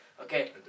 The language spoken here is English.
Okay